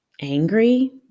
angry